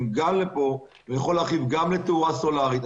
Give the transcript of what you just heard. גם פה ואפשר להרחיב גם לתאורה סולרית.